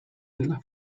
della